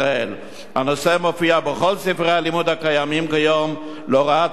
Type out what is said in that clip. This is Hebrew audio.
הנושא מופיע בכל ספרי הלימוד הקיימים כיום להוראת האזרחות: